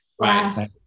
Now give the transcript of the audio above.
Right